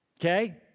okay